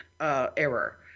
error